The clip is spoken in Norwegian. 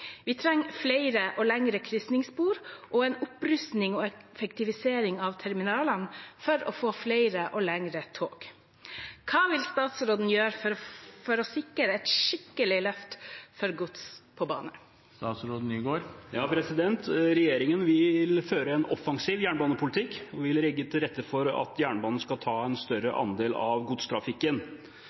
Vi trenger flere og lengre kryssingsspor og en opprustning og effektivisering av terminalene for å få flere og lengre tog. Hva vil statsråden gjøre for å sikre et skikkelig løft for gods på bane?» Regjeringen vil føre en offensiv jernbanepolitikk, og vi vil legge til rette for at jernbanen skal ta en større andel av godstrafikken.